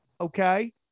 okay